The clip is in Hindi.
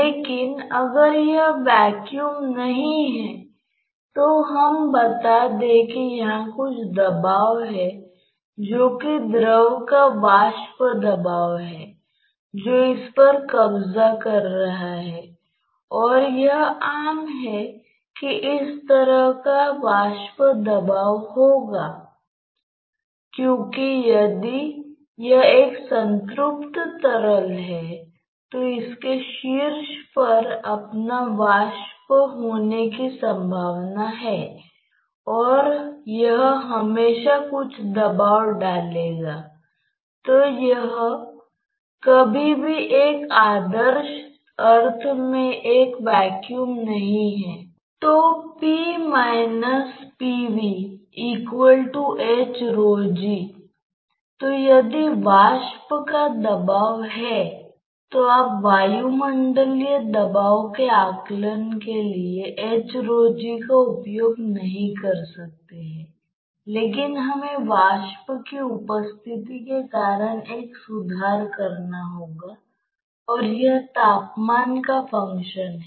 तो अगर कोई द्रव कण कुछ x y पर स्थित है जो स्थानीय रूप से उस त्वरण के अधीन होगा क्योंकि स्थानीय रूप से द्रव कण और प्रवाह व्यवहार समान है